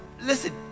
listen